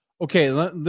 Okay